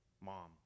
mom